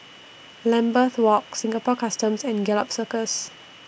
Lambeth Walk Singapore Customs and Gallop Circus